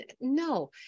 No